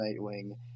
Nightwing